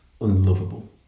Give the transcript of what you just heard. unlovable